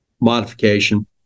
modification